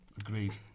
Agreed